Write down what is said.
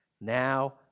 now